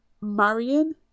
Marion